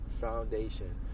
foundation